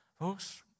Folks